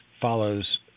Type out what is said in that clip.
follows